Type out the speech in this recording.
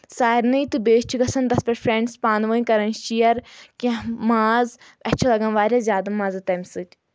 سارنٕے تہٕ بیٚیہِ چھِ گژھان تَتھ پؠٹھ فرٛؠنٛڈٕس پانہٕ ؤنۍ کران شیر کینٛہہ ماز اَسہِ چھُ لَگَان واریاہ زیادٕ مَزٕ تَمہِ سۭتۍ